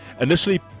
initially